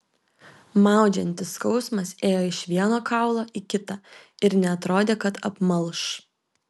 maudžiantis skausmas ėjo iš vieno kaulo į kitą ir neatrodė kad apmalš